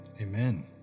Amen